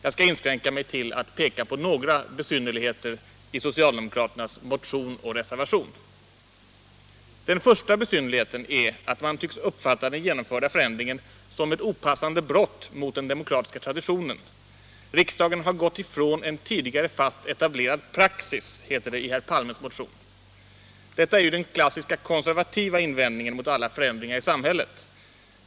Jag skall inskränka mig till att peka på några besynnerligheter i socialdemokra Den första besynnerligheten är att man tycks uppfatta den genomförda förändringen som ett opassande brott mot den demokratiska traditionen. Riksdagen har gått ifrån en tidigare fast etablerad praxis, heter det i herr Palmes motion. Detta är ju den klassiska konservativa invändningen mot alla förändringar i samhället.